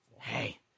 Hey